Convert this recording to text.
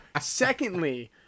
Secondly